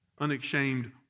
unashamed